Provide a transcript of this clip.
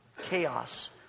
chaos